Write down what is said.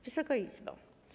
Wysoka Izbo!